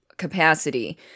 capacity